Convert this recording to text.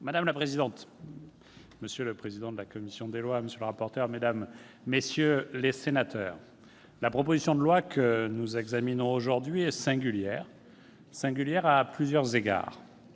Madame la présidente, monsieur le président de la commission des lois, monsieur le rapporteur, mesdames, messieurs les sénateurs, la proposition de loi soumise à votre examen cet après-midi est singulière à plusieurs égards.